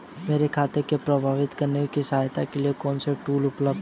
मेरे खाते को प्रबंधित करने में सहायता के लिए कौन से टूल उपलब्ध हैं?